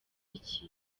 iki